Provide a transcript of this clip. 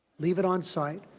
leave it on site,